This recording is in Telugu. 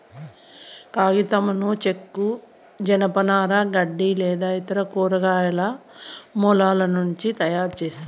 కాగితంను చెక్క, జనపనార, గడ్డి లేదా ఇతర కూరగాయల మూలాల నుంచి తయారుచేస్తారు